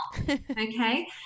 okay